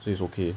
so it's okay